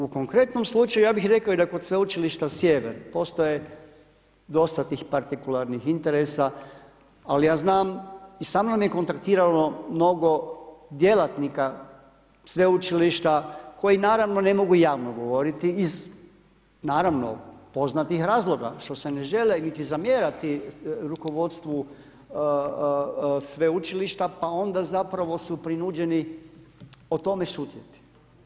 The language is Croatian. U konkretnom slučaju, ja bih rekao da i kod Sveučilišta Sjever postoje dosta tih partikularnih interesa, ali ja znam i samnom je kontaktiralo mnogo djelatnika sveučilišta koji naravno ne mogu javno govoriti, iz naravno poznatih razloga, što se ne žele niti zamjerati rukovodstvu sveučilišta pa onda zapravo su prinuđeni o tome šutjeti.